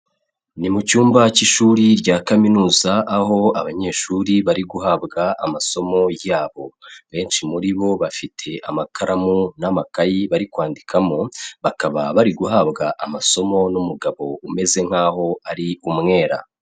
Ni mu cyumba cy'ishuri rya kaminuza aho abanyeshuri bari guhabwa amasomo yabo, benshi muri bo bafite amakaramu n'amakayi bari kwandikamo, bakaba bari guhabwa amasomo n'umugabo umeze nk'aho ari umwera.